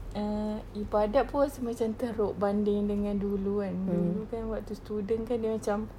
err ibadat pun rasa macam teruk banding dengan dulu kan dulu kan waktu student kan dia macam